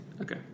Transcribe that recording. Okay